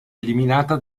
eliminata